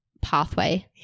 pathway